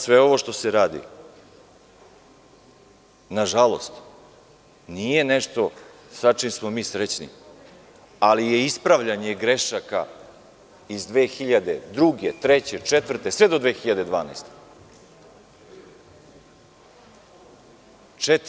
Sve ovo što se sada radi nažalost, nije nešto sa čime smo mi srećni, ali je ispravljanje grešaka iz 2002, 2003, 2004. sve do 2012. godine.